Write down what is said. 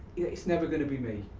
it's never gonna be me.